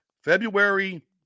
February